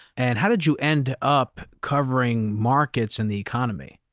and how did you end up covering markets and the economy?